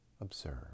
observe